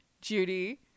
Judy